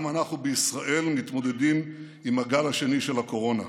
גם אנחנו בישראל מתמודדים עם הגל השני של הקורונה.